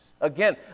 Again